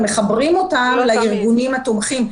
מחברים אותם לארגונים התומכים.